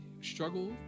struggle